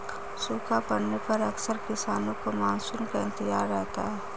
सूखा पड़ने पर अक्सर किसानों को मानसून का इंतजार रहता है